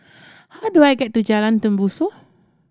how do I get to Jalan Tembusu